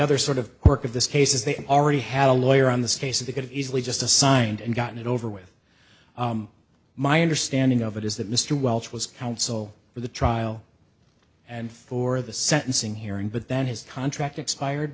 other sort of work of this case is they already had a lawyer on the space of the could easily just assigned and gotten it over with my understanding of it is that mr welch was counsel for the trial and for the sentencing hearing but then his contract expired